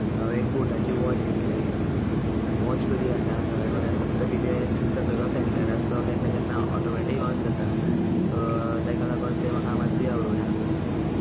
हांवें एक बॉटाची वॉच घेतलेली वॉच बरी आसा सगळें बरें आसा फक्त तिचें सकयलो सॅन्सर आसा तो केन्ना केन्ना ऑटोमॅटीक ऑन जाता सो तेका लागून तें म्हाका मातूय आवडोना